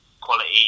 quality